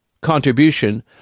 contribution